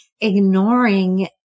ignoring